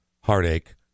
heartache